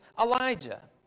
Elijah